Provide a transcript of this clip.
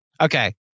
Okay